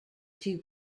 two